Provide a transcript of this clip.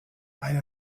eine